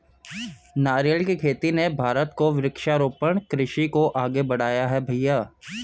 नारियल की खेती ने भारत को वृक्षारोपण कृषि को आगे बढ़ाया है भईया